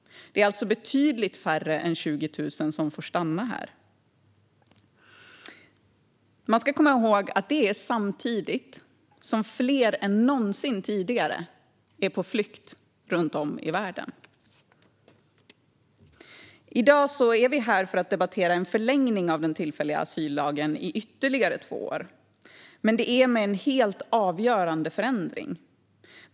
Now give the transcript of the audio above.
Det är alltså betydligt färre än 20 000 som får stanna här. Man ska komma ihåg att detta sker samtidigt som fler än någonsin tidigare är på flykt runt om i världen. I dag är vi här för att debattera en förlängning av den tillfälliga asyllagen i ytterligare två år. Men det är med en helt avgörande förändring.